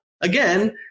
again